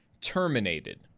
terminated